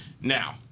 Now